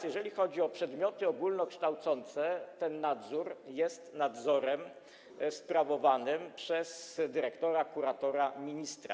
Jeżeli chodzi o przedmioty ogólnokształcące, ten nadzór jest sprawowany przez dyrektora, kuratora, ministra.